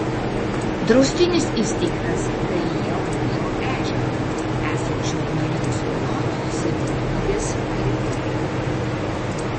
draustinis įsteigtas dalyje rūžo ežero esančio ignalinos rajono savivaldybės teritorijoje